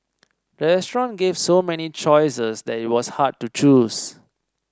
the restaurant gave so many choices that it was hard to choose